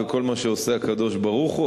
וכל מה שעושה הקדוש-ברוך-הוא,